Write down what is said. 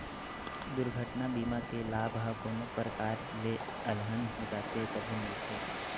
दुरघटना बीमा के लाभ ह कोनो परकार ले अलहन हो जाथे तभे मिलथे